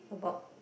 about